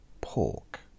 Pork